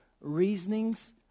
reasonings